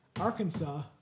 Arkansas